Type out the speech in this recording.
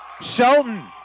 Shelton